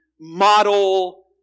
model